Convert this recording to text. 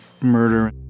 murder